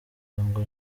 ngo